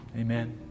Amen